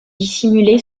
dissimulé